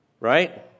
right